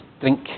drink